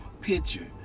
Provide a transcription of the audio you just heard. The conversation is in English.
picture